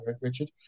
Richard